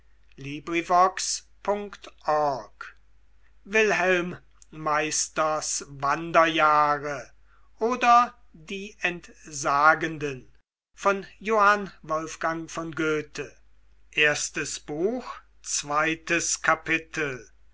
wilhelm meisters wanderjahre oder die entsagenden